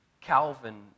Calvin